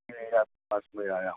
इसलिए ही आपके पास में आया हूँ